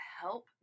help